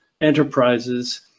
enterprises